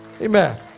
amen